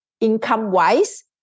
income-wise